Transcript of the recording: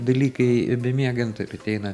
dalykai ir bemiegant ateina